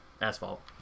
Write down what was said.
asphalt